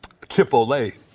Chipotle